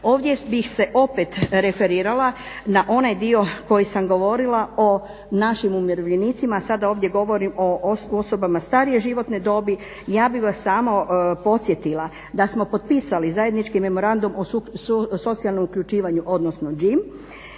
Ovdje bih se opet referirala na onaj dio koji sam govorila o našim umirovljenicima. Sada ovdje govorim o osobama starije životne dobi. Ja bih vas samo podsjetila da smo potpisali zajednički memorandum o socijalnom uključivanju, odnosno ĐIM